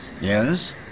Yes